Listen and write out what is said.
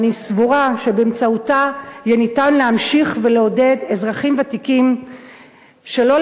ואני סבורה שבאמצעותה יהיה אפשר להמשיך ולעודד אזרחים ותיקים שלא